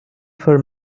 for